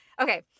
okay